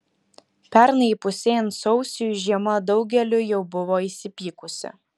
pernai įpusėjant sausiui žiema daugeliu jau buvo įsipykusi